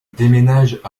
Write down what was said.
déménagent